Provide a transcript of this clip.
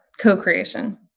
co-creation